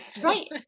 Right